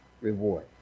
reward